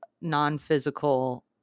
non-physical